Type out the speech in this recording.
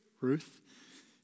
Ruth